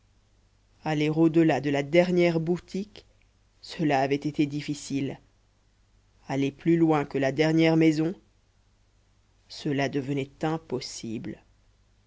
aller au delà de la dernière boutique cela avait été difficile aller plus loin que la dernière maison cela devenait impossible